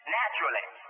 naturally